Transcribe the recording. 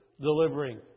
delivering